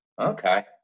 Okay